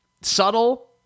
subtle